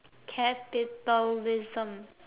capitalism